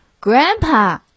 Grandpa